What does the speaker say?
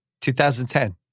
2010